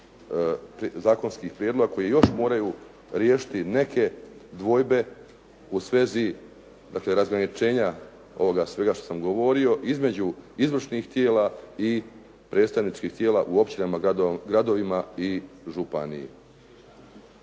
zakonskih prijedloga koji još moraju riješiti neke dvojbe u svezi, dakle razgraničenja ovoga svega što sam govorio, između izvršnih tijela i predstavničkih tijela u općinama, gradovima i županiji.